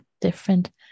different